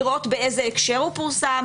לראות באיזה הקשר הוא פורסם,